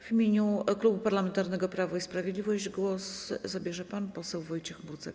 W imieniu Klubu Parlamentarnego Prawo i Sprawiedliwość głos zabierze pan poseł Wojciech Murdzek.